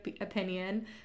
opinion